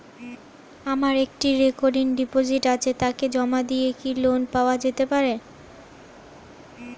আমার একটি recurring deposit আছে তাকে জমা দিয়ে কি লোন পাওয়া যেতে পারে?